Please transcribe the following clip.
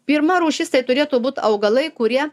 pirma rūšis tai turėtų būt augalai kurie